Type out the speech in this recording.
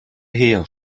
her